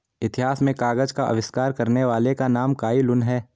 इतिहास में कागज का आविष्कार करने वाले का नाम काई लुन है